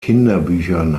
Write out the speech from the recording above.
kinderbüchern